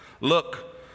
Look